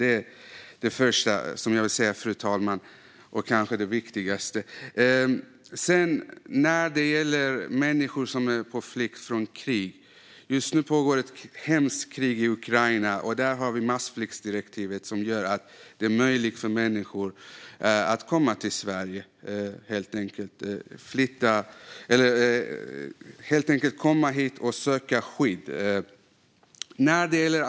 Det är det första och kanske viktigaste jag vill säga. Just nu pågår ett hemskt krig i Ukraina, och massflyktsdirektivet gör det möjligt för människor att söka skydd i Sverige.